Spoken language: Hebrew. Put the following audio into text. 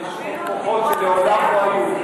יש עוד כוחות שמעולם לא היו.